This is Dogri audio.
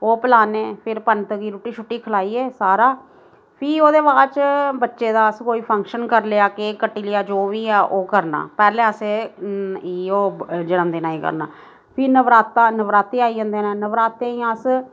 ओह् पिलाने फिर पंत गी रुट्टी शुट्टी खलाइयै सारा फ्ही ओह्दे बाद च बच्चे दा अस कोई फंक्शन करी लैआ केक कट्टी लैआ जो बी ऐ ओह् करना पैह्लें अस एह् इ'यो जन्म दिनै ई करना फिर नवराता नवराते आई जंदे न नवरातें ई अस